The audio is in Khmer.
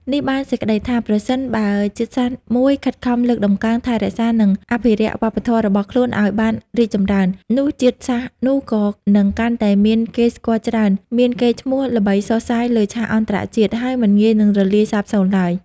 នេះបានសេចក្ដីថា ប្រសិនបើជាតិសាសន៍មួយខិតខំលើកតម្កើង ថែរក្សា និងអភិរក្សវប្បធម៌របស់ខ្លួនឱ្យបានរីកចម្រើន នោះជាតិសាសន៍នោះក៏នឹងកាន់តែមានគេស្គាល់ច្រើន មានកេរ្តិ៍ឈ្មោះល្បីសុះសាយលើឆាកអន្តរជាតិ ហើយមិនងាយនឹងរលាយសាបសូន្យឡើយ។